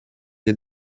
для